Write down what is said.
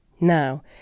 Now